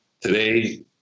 today